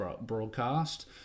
broadcast